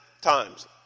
times